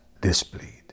displayed